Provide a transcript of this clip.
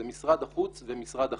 זה משרד החוץ ומשרד החינוך.